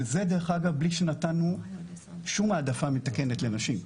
וזה דרך אגב בלי שנתנו שום העדפה מתקנת לנשים.